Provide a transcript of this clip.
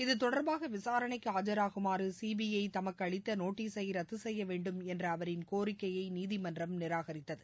இத்தொடர்பாக விசாரணைக்கு ஆஜராகுமாறு சிபிஐ தமக்கு அளித்த நோட்டீசை ரத்து செய்ய வேண்டும் என்ற அவரின் கோரிக்கையை நீதிமன்றம் நிராகரித்தது